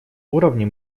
уровне